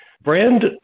brand